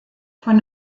von